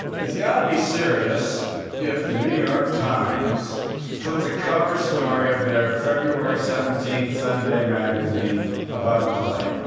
it's got to be serious if the new york times puts a cover story of their february seventeenth sunday magazine about play.